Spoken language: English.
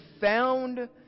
found